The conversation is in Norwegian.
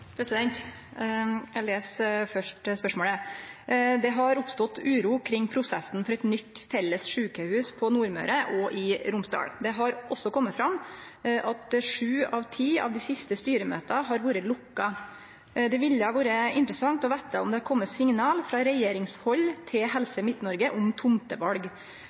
i Romsdal. Det har også kome fram at 7 av 10 av dei siste styremøta har vore lukka. Det ville vore interessant å vita om det har kome signal frå regjeringshald til Helse Midt-Norge om